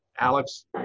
Alex